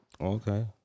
Okay